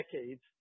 decades